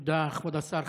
תודה, כבוד השר.